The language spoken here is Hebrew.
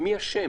מי השם?